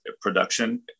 production